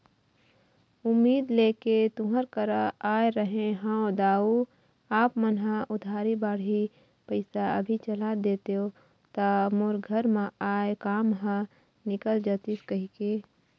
उम्मीद लेके तुँहर करा आय रहें हँव दाऊ आप मन ह उधारी बाड़ही पइसा अभी चला देतेव त मोर घर म आय काम ह निकल जतिस कहिके